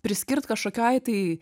priskirt kažkokiai tai